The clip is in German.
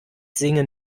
singe